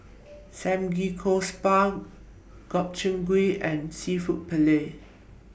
Samgyeopsal Gobchang Gui and Seafood Paella